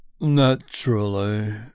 naturally